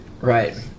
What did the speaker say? right